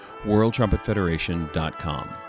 WorldTrumpetFederation.com